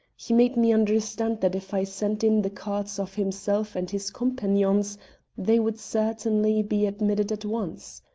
he made me understand that if i sent in the cards of himself and his companions they would certainly be admitted at once.